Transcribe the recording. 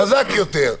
חזק יותר.